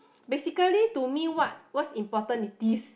basically to me what what's important is this